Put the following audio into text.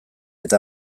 eta